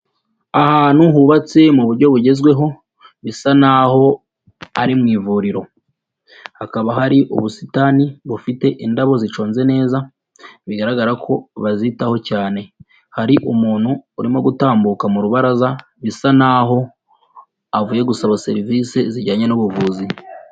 Ahantu hubatse mu buryo bugezweho, bisa n'aho ari mu ivuriro, hakaba hari ubusitani bufite indabo zicunze neza, bigaragara ko bazitaho cyane, hari umuntu urimo gutambuka mu rubaraza, bisa naho avuye gusaba serivisi zijyanye n'ubuvuzi.